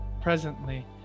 Presently